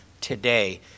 today